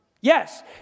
Yes